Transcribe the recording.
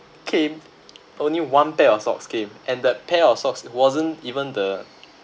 came only one pair of socks came and that pair of socks wasn't even the